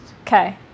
Okay